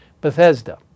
Bethesda